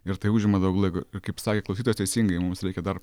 ir tai užima daug laiko kaip sakė klausytojas teisingai mums reikia dar